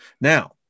Now